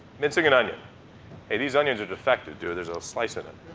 mincing an onion hey, these onions are defective, dude, there's a slice in it.